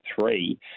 three